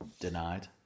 denied